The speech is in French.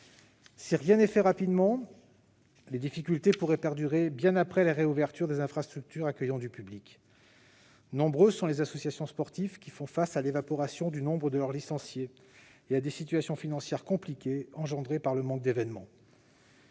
Si rien n'est fait rapidement, les difficultés pourraient perdurer bien après la réouverture des infrastructures accueillant du public. Nombreuses sont les associations sportives qui font face à une évaporation du nombre de leurs licenciés et à des situations financières compliquées engendrées par le manque d'événements.